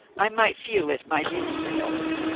i might feel it my duty to help you.